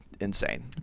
insane